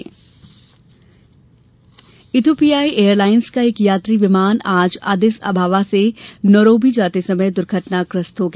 विमान दुर्घटना इथियोपियाई एयरलाइंस का एक यात्री विमान आज अदिस अबाबा से नैरोबी जाते समय दुर्घटनाग्रस्त हो गया